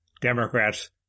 Democrats